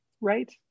Right